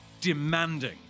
demanding